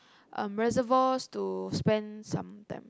um reservoirs to spend some time